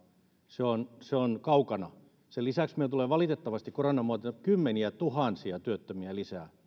se on se on kaukana sen lisäksi meille tulee valitettavasti koronan myötä kymmeniätuhansia työttömiä lisää